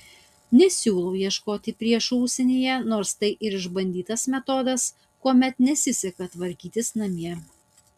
nesiūlau ieškoti priešų užsienyje nors tai ir išbandytas metodas kuomet nesiseka tvarkytis namie